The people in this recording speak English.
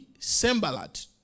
Sembalat